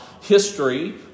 history